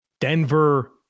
Denver